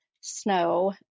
snow